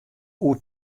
oer